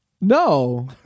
No